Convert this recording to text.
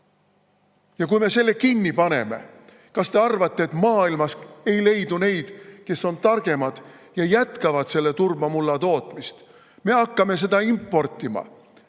Ja kui me selle [tööstuse] kinni paneme, kas te arvate, et maailmas ei leidu neid, kes on targemad ja jätkavad turbamulla tootmist? Me hakkame seda importima.